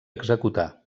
executar